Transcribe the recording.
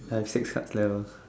I have six shark levers